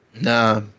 Nah